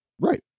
Right